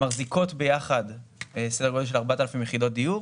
מחזיקות ביחד סדר גודל של 4,000 יחידות דיור